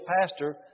pastor